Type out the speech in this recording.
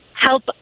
help